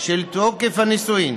של תוקף הנישואין